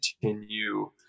continue